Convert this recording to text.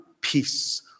peace